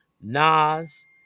Nas